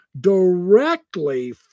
directly